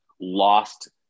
lost